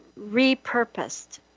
repurposed